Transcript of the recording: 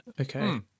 Okay